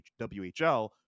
WHL